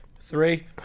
Three